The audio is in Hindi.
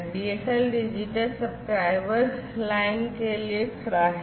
DSL डिजिटल सब्सक्राइबर लाइन के लिए खड़ा है